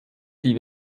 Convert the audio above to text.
die